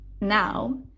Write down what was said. Now